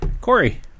Corey